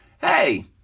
hey